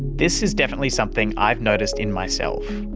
this is definitely something i've noticed in myself.